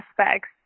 aspects